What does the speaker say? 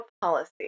policy